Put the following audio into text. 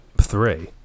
three